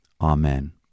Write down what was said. Amen